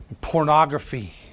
Pornography